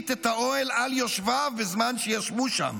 את האוהל על יושביו בזמן שישבו שם.